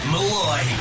Malloy